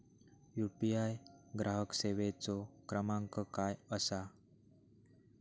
UPI ग्राहक सेवेचो क्रमांक काय असा?